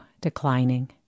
declining